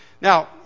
Now